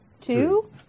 two